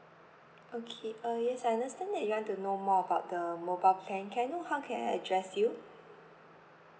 okay uh yes I understand that you want to know more about the mobile plan can I know how can I address you